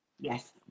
Yes